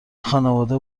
خونواده